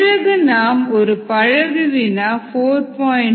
பிறகு நாம் ஒரு பழகு வினா 4